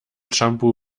shampoo